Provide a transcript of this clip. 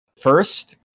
First